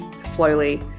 slowly